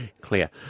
clear